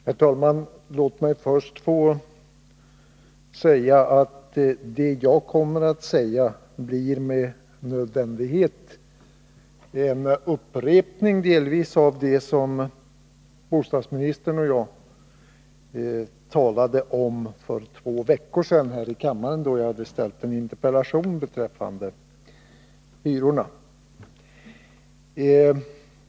Herr talman! Vad jag kommer att säga i mitt anförande blir med nödvändighet delvis en upprepning av vad jag sade för två veckor sedan i en interpellationsdebatt med Birgit Friggebo, där jag hade ställt frågor Nr 29 beträffande hyrorna.